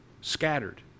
scattered